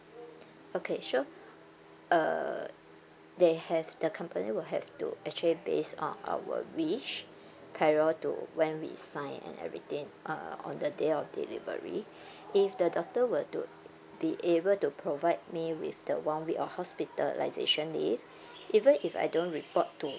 okay so uh they have the company will have to actually based on our wish prior to when we sign and everything uh on the day of delivery if the doctor were to be able to provide me with the one week of hospitalisation leave even if I don't report to